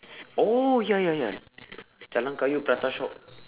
oh ya ya ya jalan-kayu prata shop